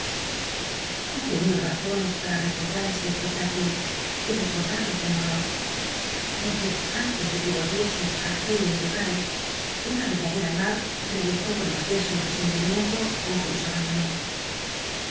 tuve mil razones para recordar este cspecláculo y recordarlo con horror porque antes de que volviese á aquellos lugares una wrdadera mar realizó con exceso el presentimiento con que los abandoné